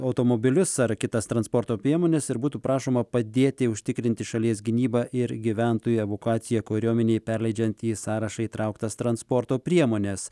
automobilius ar kitas transporto priemones ir būtų prašoma padėti užtikrinti šalies gynybą ir gyventojų evakuaciją kariuomenei perleidžiant į sąrašą įtrauktas transporto priemones